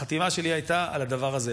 החתימה שלי הייתה על הדבר הזה.